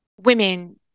women